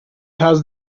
has